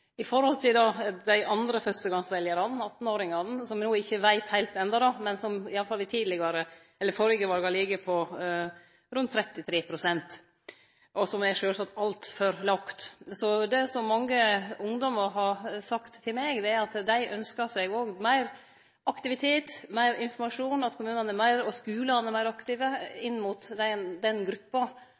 i forhold til dei andre fyrstegongsveljarane, 18-åringane. Valdeltakinga for dei veit ein ikkje heilt enno, men iallfall ved tidlegare eller førre val har det lege på rundt 33 pst., og det er sjølvsagt altfor lågt. Det som mange ungdommar har sagt til meg, er at dei ynskjer seg meir aktivitet, meir informasjon, at kommunane og skulane er meir aktive inn mot den gruppa.